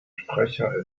sprecher